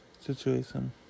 situation